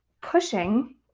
pushing